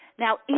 Now